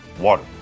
Water